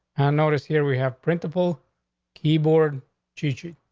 and notice. here we have principle keyboard teacher.